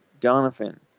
Donovan